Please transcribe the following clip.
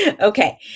Okay